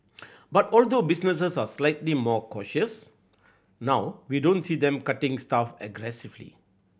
but although businesses are slightly more cautious now we don't see them cutting staff aggressively